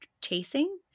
chasing